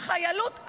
החיילות,